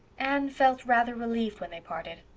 anne felt rather relieved when they parted.